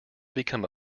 become